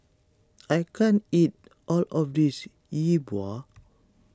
I can't eat all of this Yi Bua